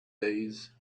days